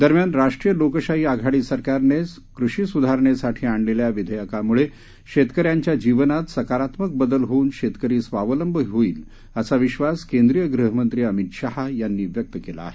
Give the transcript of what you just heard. दरम्यान राष्ट्रीय लोकशाही आघाडी सरकारने कृषी सुधारणेसाठी आणलेल्या विधेयकामुळे शेतकऱ्यांच्या जीवनात सकारात्मक बदल होऊन शेतकरी स्वावलंबी होईल असा विश्वास केंद्रीय गृहमंत्री अमित शहा यांनी व्यक्त केला आहे